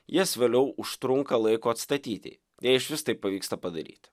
jas vėliau užtrunka laiko atstatyti jei išvis tai pavyksta padaryti